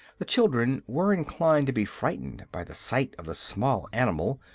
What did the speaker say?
the children were inclined to be frightened by the sight of the small animal,